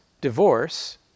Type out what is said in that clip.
divorce